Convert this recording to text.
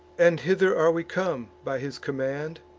and hither are we come, by his command,